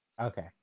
okay